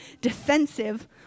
defensive